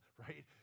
right